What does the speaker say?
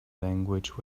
language